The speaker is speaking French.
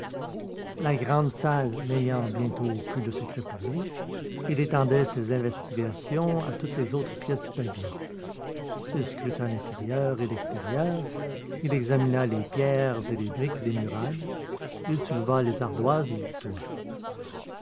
la grande salle n'ayant bientôt plus de secrets pour lui il étendait ses investigations à toutes les autres pièces du pavillon il scruta l'intérieur et l'extérieur il examina les pierres et les briques des murailles il souleva les ardoises du toit